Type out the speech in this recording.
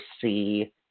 see